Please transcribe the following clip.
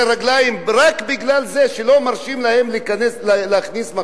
רגליים רק בגלל זה שלא מרשים להם להכניס מכשירים?